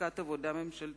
בחקיקת עבודה ממשלתית